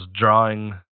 drawing